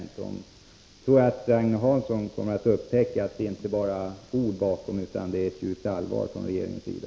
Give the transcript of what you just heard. Då tror jag att Agne Hansson kommer att upptäcka att detta inte är bara ord utan att det ligger ett djupt allvar bakom orden från regeringens sida.